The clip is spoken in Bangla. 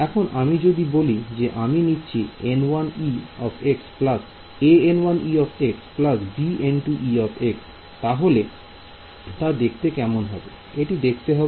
এখন আমি যদি বলি যে আমি নিচ্ছি b তাহলে তা দেখতে কেমন হবে